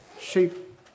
Sheep